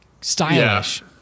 stylish-